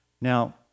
Now